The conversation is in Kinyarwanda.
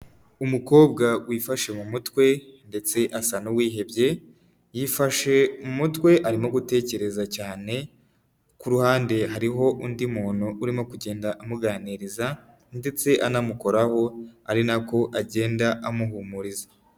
Umukobwa wifashe mu mutwe ndetse asa n'uwihebye yifashe mu mutwe arimo gutekereza cyane ku ruhande hariho undi muntu urimo kugenda amuganiriza ndetse anamukoraho ari nako agenda amuhumuriza.